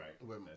right